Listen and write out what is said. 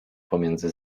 pomiędzy